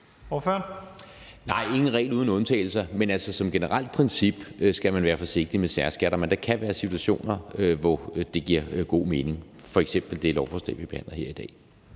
Nej, der er ingen regel uden undtagelser. Men altså, som et generelt princip skal man være forsigtig med særskatter, men der kan være situationer, hvor det giver god mening, f.eks. i det lovforslag, vi behandler her i dag.